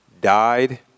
died